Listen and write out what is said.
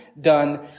done